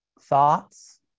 thoughts